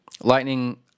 Lightning